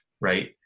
Right